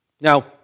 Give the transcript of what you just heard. Now